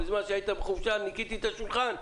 בזמן שהיית בחופשה ניקיתי את השולחן?